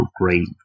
great